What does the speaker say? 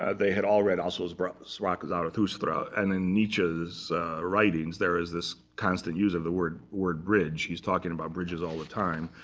ah they had all read also sprach sprach zarathustra. and in nietzsche's writings, there was this constant use of the word bridge. bridge. he's talking about bridges all the time.